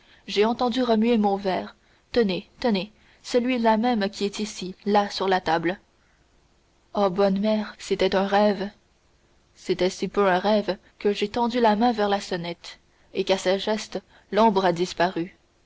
j'ai entendu remuer mon verre tenez tenez celui-là même qui est ici là sur la table oh bonne mère c'était un rêve c'était si peu un rêve que j'ai étendu la main vers la sonnette et qu'à ce geste l'ombre a disparu